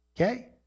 okay